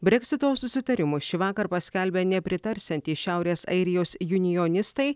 breksito susitarimo šįvakar paskelbę nepritarsiantys šiaurės airijos junijonistai